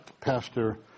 Pastor